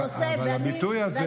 אבל הביטוי הזה,